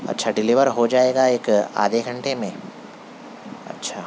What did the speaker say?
اچھا ڈلیور ہو جائے گا ایک آدھے گھنٹے میں اچھا